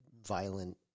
violent